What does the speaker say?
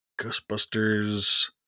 Ghostbusters